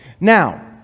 Now